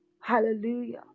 hallelujah